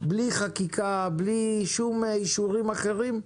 בלי חקיקה, בלי שום אישורים אחרים.